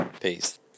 Peace